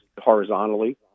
horizontally